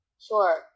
Sure